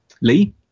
Lee